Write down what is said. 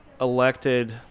elected